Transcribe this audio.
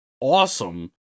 awesome